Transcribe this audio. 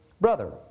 brother